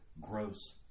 gross